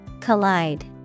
Collide